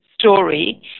story